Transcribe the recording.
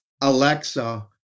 Alexa